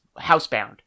Housebound